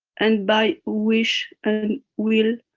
and by wish and will,